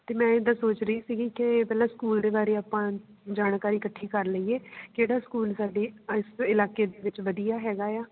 ਅਤੇ ਮੈਂ ਇੱਦਾਂ ਸੋਚ ਰਹੀ ਸੀਗੀ ਕਿ ਪਹਿਲਾਂ ਸਕੂਲ ਦੇ ਬਾਰੇ ਆਪਾਂ ਜਾਣਕਾਰੀ ਇਕੱਠੀ ਕਰ ਲਈਏ ਕਿਹੜਾ ਸਕੂਲ ਸਾਡੇ ਇਸ ਇਲਾਕੇ ਦੇ ਵਿੱਚ ਵਧੀਆ ਹੈਗਾ ਆ